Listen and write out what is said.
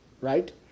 right